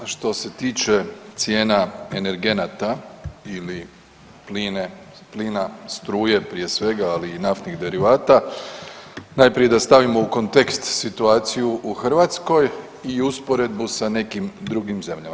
Što se tiče cijena energenata ili plina, struje prije svega ali i naftnih derivata najprije da stavimo u kontekst situaciju u Hrvatskoj i usporedbu sa nekim drugim zemljama.